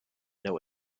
know